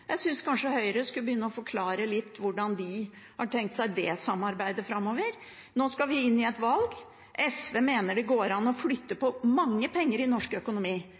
Jeg synes kanskje Høyre skulle begynne å forklare litt hvordan de har tenkt seg det samarbeidet framover. Nå skal vi inn i et valg. SV mener det går an å flytte på mange penger i norsk økonomi.